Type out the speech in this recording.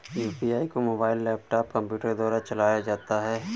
UPI को mobile laptop computer के द्वारा चलाया जाता है